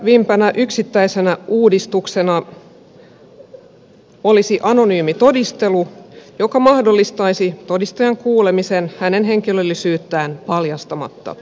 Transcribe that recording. merkittävimpänä yksittäisenä uudistuksena olisi anonyymi todistelu joka mahdollistaisi todistajan kuulemisen hänen henkilöllisyyttään paljastamatta